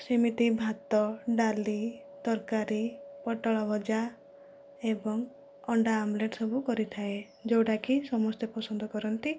ସେମିତି ଭାତ ଡାଲି ତରକାରୀ ପୋଟଳଭଜା ଏବଂ ଅଣ୍ଡା ଓମଲେଟ୍ ସବୁ କରିଥାଏ ଯେଉଁଟା କି ସମସ୍ତେ ପସନ୍ଦ କରନ୍ତି